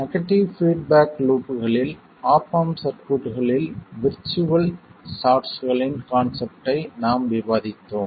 negative feedback லூப்களில் op amp சர்க்யூட்களில் virtual ஷார்ட்ஸ்களின் கான்செப்ட்டை நாம் விவாதித்தோம்